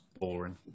boring